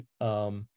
right